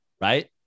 right